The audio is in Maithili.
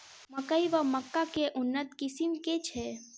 मकई वा मक्का केँ उन्नत किसिम केँ छैय?